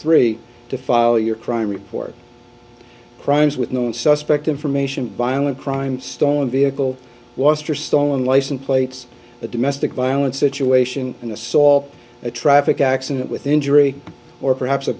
three to file your crime report crimes with known suspect information violent crime stolen vehicle was stolen license plates a domestic violence situation an assault a traffic accident with injury or perhaps a